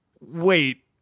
wait